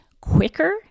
quicker